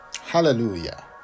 Hallelujah